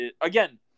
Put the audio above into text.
again